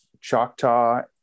Choctaw